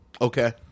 Okay